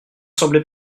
semblez